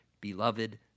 beloved